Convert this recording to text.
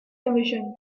division